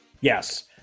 Yes